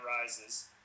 Rises